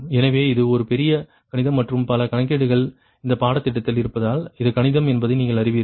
எனவே இது ஒரு பெரிய கணிதம் மற்றும் பல கணக்கீடுகள் இந்த பாடத்திட்டத்தில் இருப்பதால் இது கணிதம் என்பதை நீங்கள் அறிவீர்கள்